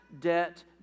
debt